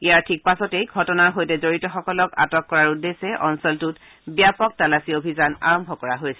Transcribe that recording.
ইয়াৰ ঠিক পাছতেই ঘটনাৰ সৈতে জড়িতসকলক আটক কৰাৰ উদ্দেশ্যে অঞ্চলটোত ব্যাপক তালাচী অভিযান আৰম্ভ কৰা হৈছে